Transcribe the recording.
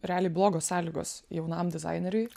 realiai blogos sąlygos jaunam dizaineriui